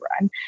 run